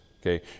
Okay